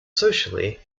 socially